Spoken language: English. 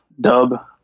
dub